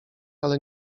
ale